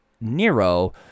Nero